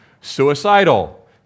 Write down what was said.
suicidal